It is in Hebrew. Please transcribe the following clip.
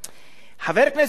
חבר הכנסת נסים זאב,